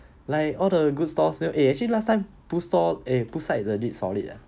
like all the good stalls eh actually last time pool store eh poolside legit solid ah